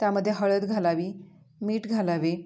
त्यामध्ये हळद घालावी मीठ घालावे